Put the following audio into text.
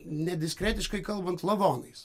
nediskretiškai kalbant lavonais